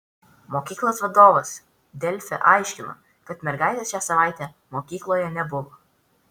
mokyklos vadovas delfi aiškino kad mergaitės šią savaitę mokykloje nebuvo